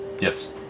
Yes